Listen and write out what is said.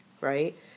right